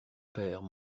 père